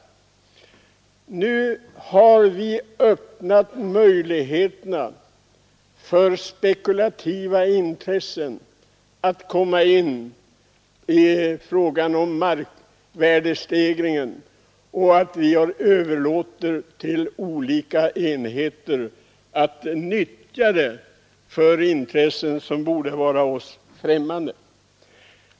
Men nu har vi öppnat möjligheterna för dem som spekulerar i markvärdestegringen på ett sätt som borde vara oss främmande.